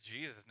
Jesus